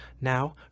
Now